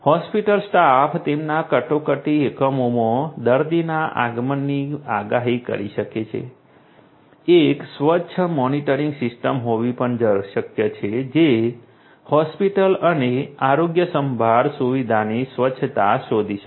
hospital staff તેમના કટોકટી એકમોમાં દર્દીના આગમનની આગાહી કરી શકે છે એક સ્વચ્છતા મોનિટરિંગ સિસ્ટમ હોવી પણ શક્ય છે જે હોસ્પિટલ અને આરોગ્યસંભાળ સુવિધાની સ્વચ્છતા શોધી શકે